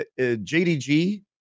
JDG